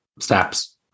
steps